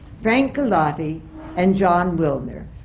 frank galati and jon wilner.